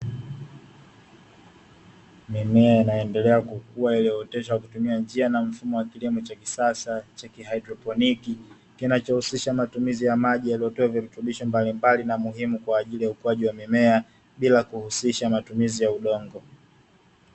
Mimea inaendelea kukua, iliyooteshwa kwa kutumia njia na mfumo wa kilimo cha kisasa cha kihaidroponi, kinachohusisha matumizi ya maji yaliyowekewa virutubishi mbalimbali na muhimu kwa ajili ya ukuaji wa mimea bila kuhusisha matumizi ya udongo.